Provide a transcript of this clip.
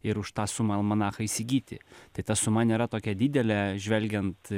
ir už tą sumą almanachą įsigyti tai ta suma nėra tokia didelė žvelgiant